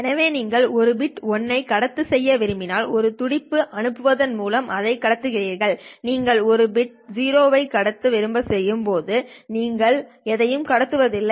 எனவே நீங்கள் ஒரு பிட் 1 ஐ கடத்து செய்ய விரும்பினால்ஒரு துடிப்புஅனுப்புவதன் மூலம் அதை கடத்துகிறீர்கள் நீங்கள் ஒரு பிட் 0 ஐ கடத்து செய்ய விரும்பும் போது நீங்கள் எதையும் கடத்துவதில்லை